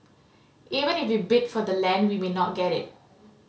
even if we bid for the land we may not get it